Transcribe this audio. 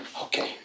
okay